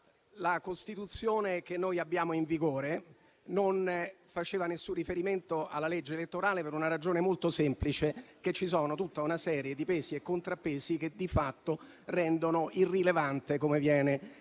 la Costituzione che abbiamo in vigore non fa nessun riferimento alla legge elettorale, per una ragione molto semplice: ci sono tutta una serie di pesi e contrappesi che di fatto rendono irrilevante il sistema,